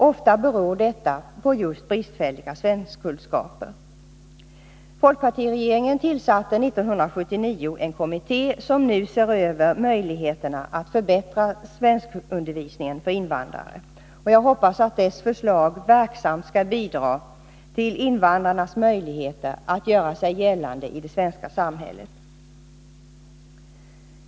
Ofta beror detta på just bristfälliga svenskkunskaper. Folkpartiregeringen tillsatte 1979 en kommitté, som nu ser över möjligheterna att förbättra svenskundervisningen för invandrare. Jag hoppas att dess förslag verksamt skall bidra till invandrarnas möjligheter att göra sig gällande i det svenska samhället.